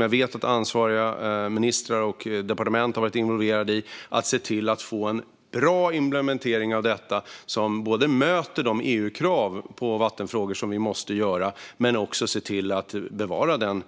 Jag vet att ansvariga ministrar och departement har varit involverade för att få en bra implementering som möter de EU-krav vi måste följa i vattenfrågor men som också ser till att vi bevarar den